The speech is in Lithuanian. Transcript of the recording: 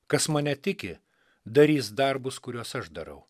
kas mane tiki darys darbus kuriuos aš darau